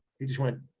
he just went,